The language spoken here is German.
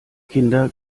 kinder